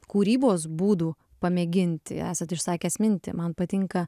kūrybos būdų pamėginti esat išsakęs mintį man patinka